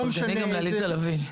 לא משנה --- תודה גם לעליזה לביא.